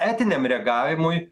etiniam reagavimui